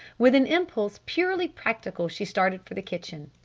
with an impulse purely practical she started for the kitchen.